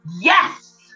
Yes